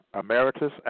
Emeritus